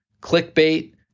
Clickbait